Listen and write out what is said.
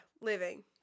living